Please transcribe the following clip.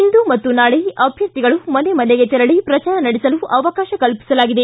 ಇಂದು ಮತ್ತು ನಾಳೆ ಅಭ್ಯರ್ಥಿಗಳು ಮನೆ ಮನೆಗೆ ತೆರಳಿ ಪ್ರಜಾರ ನಡೆಸಲು ಅವಕಾಶ ಕಲ್ಪಿಸಲಾಗಿದೆ